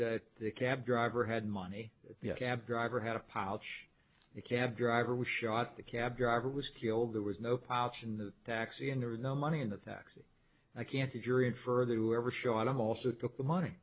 that the cab driver had money the cab driver had a polish the cab driver was shot the cab driver was killed there was no power in the taxi and there were no money in the taxi i can't a jury and further who ever show i'm also took the money